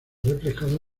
reflejada